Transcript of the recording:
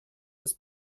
ist